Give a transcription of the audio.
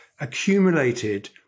accumulated